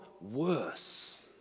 worse